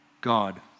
God